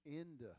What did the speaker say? end